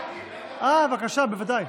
בבקשה, בוודאי.